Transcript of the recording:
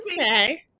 okay